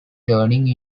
turning